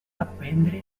aprendre